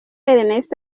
ernest